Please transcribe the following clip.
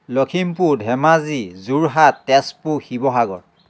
Lakhimpur Dhemaji Jorhat Tezpur Sivasagar